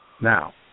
Now